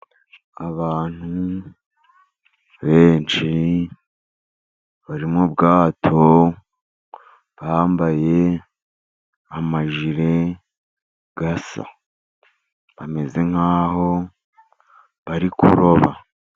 Abantu benshi bari mu bwato bambaye amajire asa. Bameze nk'aho bari kuroba.